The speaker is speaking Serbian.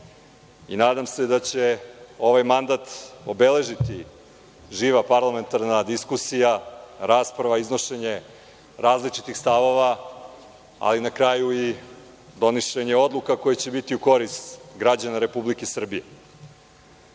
Nadam se da će ovaj mandat obeležiti živa parlamentarna diskusija, rasprava, iznošenje različitih stavova, ali na kraju i donošenje odluka koje će biti u korist građana Republike Srbije. Pre